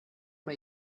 mal